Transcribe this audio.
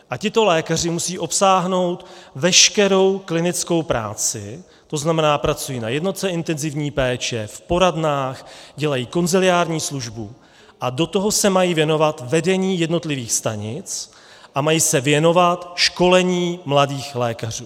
A tito lékaři musí obsáhnout veškerou klinickou práci, to znamená, pracují na jednotce intenzivní péče, v poradnách, dělají konsiliární službu a do toho se mají věnovat vedení jednotlivých stanic a mají se věnovat školení mladých lékařů.